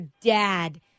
dad